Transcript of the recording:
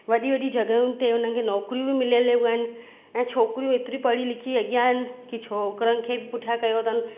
वॾी वॾी जॻहियुनि ते उन्हनि नौकिरी बि मिलियल बि आहिनि ऐं छोकरियूं ऐतरी पढ़ी लिखी अॻियां आहिनि की छोकिरनि खे बि पुठियां कयो अथनि